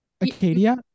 Acadia